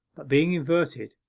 but being inverted,